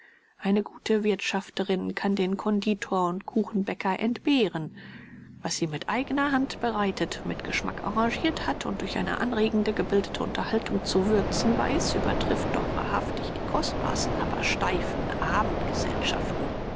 eine gute wirthschafterin kann den conditor und kuchenbäcker entbehren was sie mit eigener hand bereitet mit geschmack arrangirt hat und durch eine anregende gebildete unterhaltung zu würzen weiß übertrifft doch wahrhaftig die kostbarsten aber steifen